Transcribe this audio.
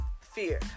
fear